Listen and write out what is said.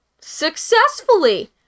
successfully